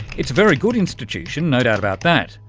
it's a very good institution, no doubt about that,